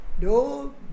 No